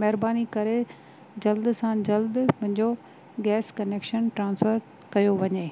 महिरबानी करे जल्द सां जल्द मुंहिंजो गैस कनेक्शन ट्रान्सफ़र कयो वञे